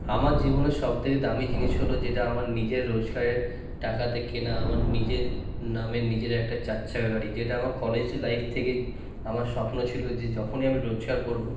আমার জীবনের সবথেকে দামি জিনিস হল যেটা আমার নিজের রোজগারের টাকাতে কেনা আমার নিজের নামের নিজের একটা চার চাকা গাড়ি যেটা আমার কলেজ লাইফ থেকে আমার স্বপ্ন ছিল যে যখনই আমি রোজগার করবো